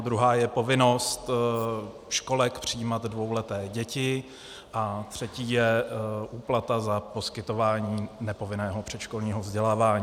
Druhá je povinnost školek přijímat dvouleté děti a třetí je úplata za poskytování nepovinného předškolního vzdělávání.